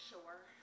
sure